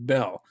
Bell